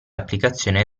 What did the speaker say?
applicazione